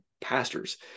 pastors